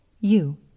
You